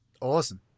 Awesome